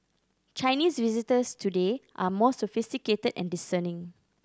Chinese visitors today are more sophisticated and discerning